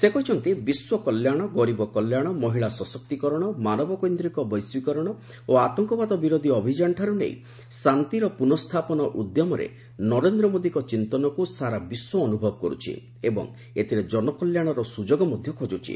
ସେ କହିଛନ୍ତି ବିଶ୍ୱ କଲ୍ୟାଶ ଗରିବ କଲ୍ୟାଶ ମହିଳା ସଶକ୍ତିକରଣ ମାନବକେିଦ୍ରିକ ବେଶ୍ୱିକରଣ ଓ ଆତଙ୍ବାଦ ବିରୋଧୀ ଅଭିଯାନଠାରୁ ନେଇ ଶାନ୍ତିର ପୁନ ଉଦ୍ୟମରେ ନରେନ୍ଦ୍ ମୋଦୀଙ୍କ ଚିନ୍ତନକୁ ସାରା ବିଶ୍ୱ ଅନ୍ତଭବ କର୍ବଛି ଏବଂ ଏଥିରେ ଜନକଲ୍ୟାଶର ସୁଯୋଗ ମଧ୍ଧ ଖୋଜୁଛି